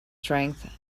strength